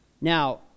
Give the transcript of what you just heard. Now